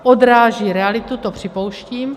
Odráží realitu, to připouštím.